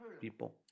people